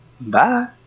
Bye